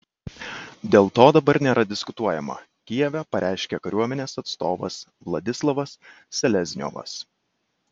dėl to dabar nėra diskutuojama kijeve pareiškė kariuomenės atstovas vladislavas selezniovas